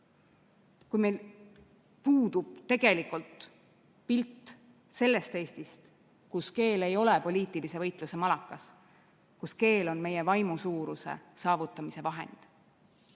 Meil puudub tegelikult pilt sellest Eestist, kus keel ei ole poliitilise võitluse malakas, kus keel on meie vaimu suuruse saavutamise